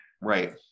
Right